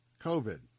COVID